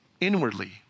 Inwardly